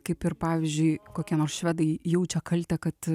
kaip ir pavyzdžiui kokie nors švedai jaučia kaltę kad